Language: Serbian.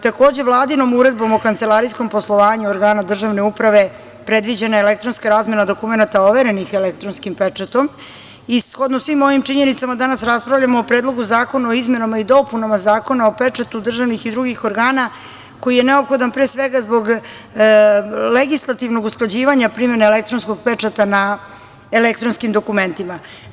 Takođe, Vladinom Uredbom o kancelarijskom poslovanju organa državne uprave predviđena je elektronska razmena dokumenata overenih elektronskim pečatom i shodno svim ovim činjenicama, danas raspravljamo o Predlogu zakona o izmenama i dopunama Zakona o pečatu državnih i drugih organa, koji je neophodan, pre svega, zbog legislativnog usklađivanja primene elektronskog pečata na elektronskim dokumentima.